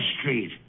Street